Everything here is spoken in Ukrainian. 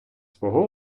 свого